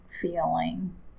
feeling